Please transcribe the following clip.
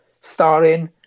starring